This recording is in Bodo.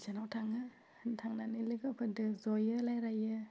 बिसानाव थाङो थांनानै लोगोफोरजों जयो रायलायो